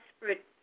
desperate